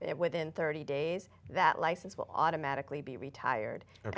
it within thirty days that license will automatically be retired and